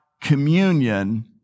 communion